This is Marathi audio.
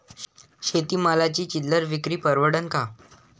शेती मालाची चिल्लर विक्री परवडन का?